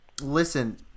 Listen